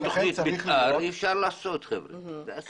נכון.